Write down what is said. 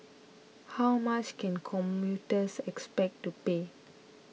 how much can commuters expect to pay